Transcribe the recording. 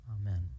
amen